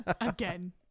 again